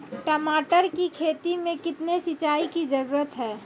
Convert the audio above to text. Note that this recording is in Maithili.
टमाटर की खेती मे कितने सिंचाई की जरूरत हैं?